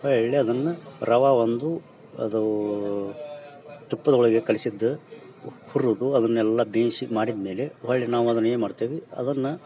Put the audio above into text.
ಒಳ್ಳೆಯ ಅದನ್ನ ರವಾ ಒಂದು ಅದು ತುಪ್ಪದ ಒಳಗೆ ಕಲಿಸಿದ ಹುರುದು ಅದನ್ನೆಲ್ಲ ಬೇಯಿಸಿ ಮಾಡಿದ್ಮೇಲೆ ಹೊಳ್ಳಿ ನಾವು ಅದನ್ನ ಏನ್ಮಾಡ್ತೇವಿ ಅದನ್ನ